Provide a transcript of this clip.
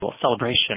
celebration